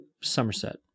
Somerset